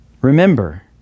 Remember